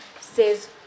says